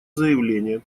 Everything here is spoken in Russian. заявление